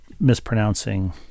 mispronouncing